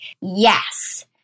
Yes